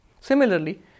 Similarly